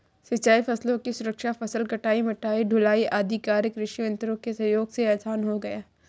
सिंचाई फसलों की सुरक्षा, फसल कटाई, मढ़ाई, ढुलाई आदि कार्य कृषि यन्त्रों के सहयोग से आसान हो गया है